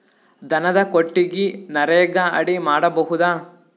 ದನದ ಕೊಟ್ಟಿಗಿ ನರೆಗಾ ಅಡಿ ಮಾಡಬಹುದಾ?